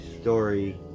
Story